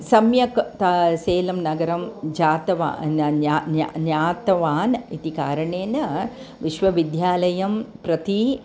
सम्यक् तं सेलं नगरं जातवा न न्या न्या ज्ञातवान् इति कारणेन विश्वविद्यालयं प्रति